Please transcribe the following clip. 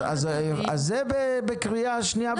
אז זה בקריאה שנייה ושלישית.